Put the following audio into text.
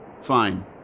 Fine